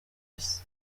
basa